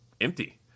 empty